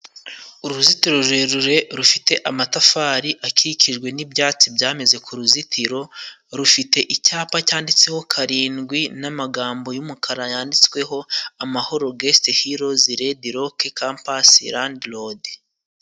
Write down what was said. Uruzitiro rurerure rufite amatafari akikijwe n'ibyatsi byameze ku ruzitiro, rufite icyapa cyanditseho karindwin'amagambo y'umukara yanditsweho amahoro gesiti hirozi rediroke kampasi landi rodi.